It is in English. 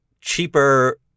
cheaper